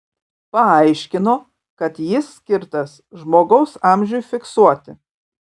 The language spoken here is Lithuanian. paaiškino kad jis skirtas žmogaus amžiui fiksuoti